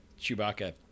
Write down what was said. Chewbacca